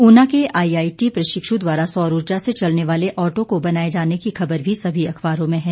उना के आईआईटी प्रशिक्ष् द्वारा सौर उर्जा से चलने वाले ऑटो को बनाए जाने की खबर भी सभी अखबारों में है